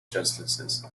justices